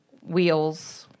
wheels